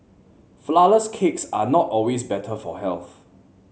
flourless cakes are not always better for health